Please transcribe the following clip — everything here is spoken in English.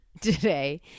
today